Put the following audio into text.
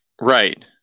right